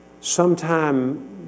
sometime